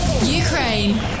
Ukraine